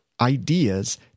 ideas